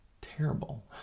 terrible